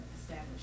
establish